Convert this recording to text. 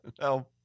No